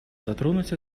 затронуть